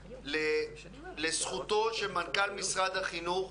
שכן צריך לומר אותו לזכותו של מנכ"ל משרד החינוך,